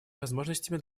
возможностями